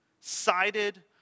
sided